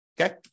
okay